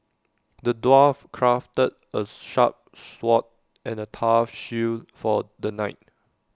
the dwarf crafted A sharp sword and A tough shield for the knight